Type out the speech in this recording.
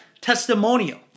testimonial